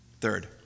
Third